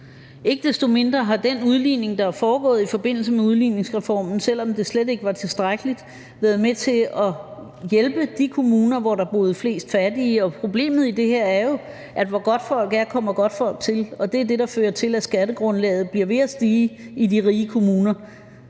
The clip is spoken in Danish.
Ikke desto mindre har den udligning, der er foregået i forbindelse med udligningsreformen, selv om det slet ikke var tilstrækkeligt, været med til at hjælpe de kommuner, hvor der bor flest fattige. Og problemet i det her er jo, at hvor godtfolk er, kommer godtfolk til. Det er det, der fører til, at skattegrundlaget bliver ved med at stige i de rige kommuner